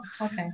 okay